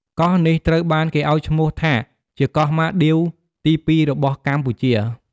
កោះនេះត្រូវបានគេឲ្យឈ្មោះថាជាកោះម៉ាឌីវទី ២ របស់កម្ពុជា។